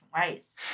ways